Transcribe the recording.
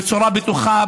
בצורה בטוחה,